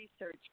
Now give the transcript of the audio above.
research